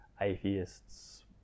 atheists